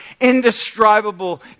indescribable